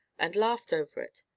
and laughed over it,